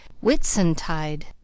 Whitsuntide